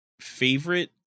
favorite